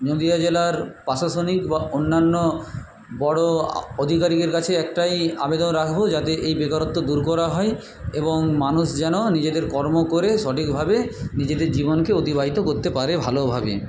নদীয়া জেলার প্রশাসনিক বা অন্যান্য বড় আধিকারিকের কাছে একটাই আবেদন রাখব যাতে এই বেকারত্ব দূর করা হয় এবং মানুষ যেন নিজেদের কর্ম করে সঠিকভাবে নিজেদের জীবনকে অতিবাহিত করতে পারে ভালোভাবে